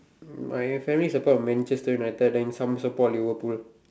mm my family support the Manchester United then some support Liverpool